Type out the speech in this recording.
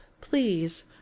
Please